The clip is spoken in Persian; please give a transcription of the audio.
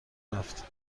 رفته